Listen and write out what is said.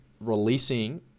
releasing